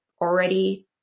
already